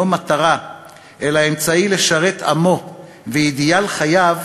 מטרה אלא אמצעי לשרת עַמו ואידיאל חייו,